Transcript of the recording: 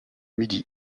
midi